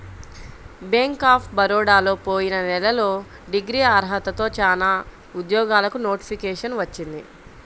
bank of బరోడాలో పోయిన నెలలో డిగ్రీ అర్హతతో చానా ఉద్యోగాలకు నోటిఫికేషన్ వచ్చింది